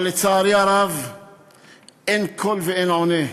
אבל לצערי הרב אין קול ואין עונה.